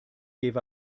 gave